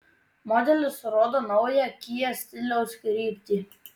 modelis rodo naują kia stiliaus kryptį